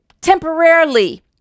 temporarily